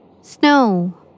Snow